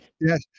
Yes